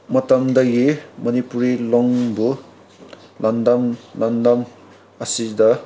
ꯃꯇꯝꯗꯒꯤ ꯃꯅꯤꯄꯨꯔꯤ ꯂꯣꯟꯕꯨ ꯂꯝꯗꯝ ꯂꯝꯗꯝ ꯑꯁꯤꯗ